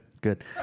Good